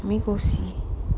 me go see